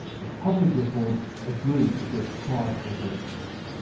the public record agrees with their private recollection.